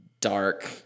dark